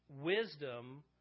Wisdom